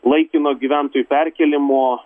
laikino gyventojų perkėlimo